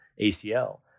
ACL